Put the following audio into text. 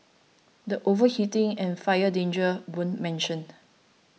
the overheating and fire dangers weren't mentioned